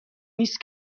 نیست